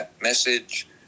message